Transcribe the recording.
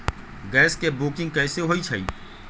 Gas के booking कैसे होईछई?